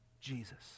Jesus